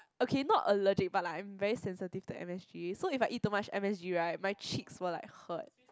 okay not allergy but like I'm very sensitive to M_S_G so if I eat too much M_S_G right my cheeks will like hurt